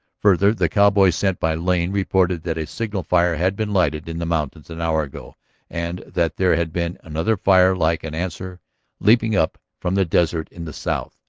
further, the cowboy sent by lane reported that a signal-fire had been lighted in the mountains an hour ago and that there had been another fire like an answer leaping up from the desert in the south.